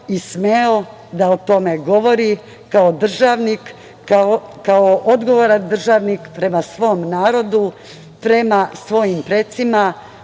i smeo da o tome govori kao državnik, kao odgovoran državnik prema svom narodu, prema svojim precima,